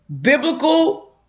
biblical